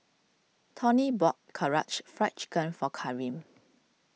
Toni bought Karaage Fried Chicken for Karim